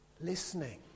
listening